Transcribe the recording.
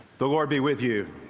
the lord be with you.